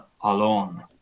alone